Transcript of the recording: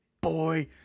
boy